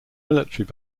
military